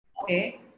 Okay